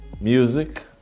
music